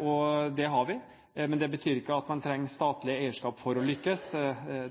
og det har vi. Men det betyr ikke at en trenger statlig eierskap for å lykkes.